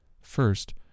First